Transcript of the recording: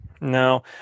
No